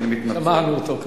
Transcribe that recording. אני מתנצל.